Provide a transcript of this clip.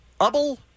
Uble